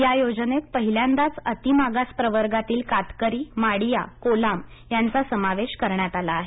या योजनेत पहिल्यांदाच अति मागास प्रवर्गातील कातकरी माडीया कोलाम यांचा समावेश करण्यात आला आहे